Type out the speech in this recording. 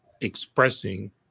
expressing